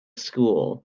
school